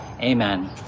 Amen